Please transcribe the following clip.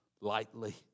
lightly